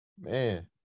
man